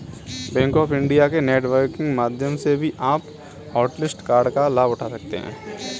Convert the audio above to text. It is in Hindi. बैंक ऑफ इंडिया के नेट बैंकिंग माध्यम से भी आप हॉटलिस्ट कार्ड का लाभ उठा सकते हैं